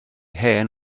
hen